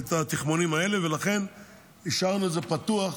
את התחמונים האלה, ולכן השארנו את זה פתוח,